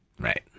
Right